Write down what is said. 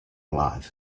lights